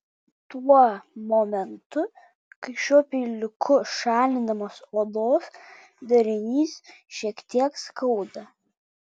tuo momentu kai šiuo peiliuku šalinamas odos darinys šiek tiek skauda